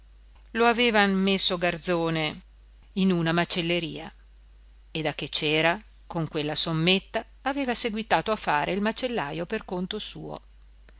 lo avevan messo garzone in una macelleria e da che c'era con quella sommetta aveva seguitato a fare il macellajo per conto suo